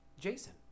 Jason